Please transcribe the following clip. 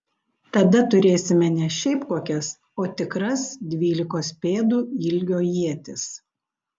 tada turėsime ne šiaip kokias o tikras dvylikos pėdų ilgio ietis